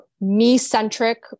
me-centric